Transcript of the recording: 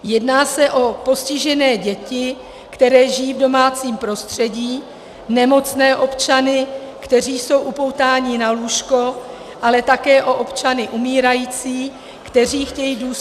Jedná se o postižené děti, které žijí v domácím prostředí, nemocné občany, kteří jsou upoutáni na lůžko, ale také o občany umírající, kteří chtějí důstojně